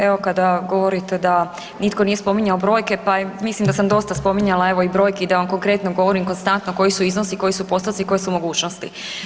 Evo kada govorite da nitko nije spominjao brojke pa mislim da sam dosta spominjala evo i brojke i da vam konkretno govorim konstantno koji su iznosi, koji su postoci, koje su mogućnosti.